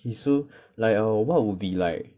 K so like what would be like